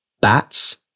bats